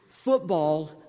Football